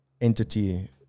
entity